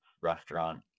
restaurant